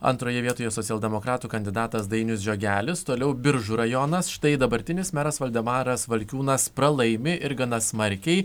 antroje vietoje socialdemokratų kandidatas dainius žiogelis toliau biržų rajonas štai dabartinis meras valdemaras valkiūnas pralaimi ir gana smarkiai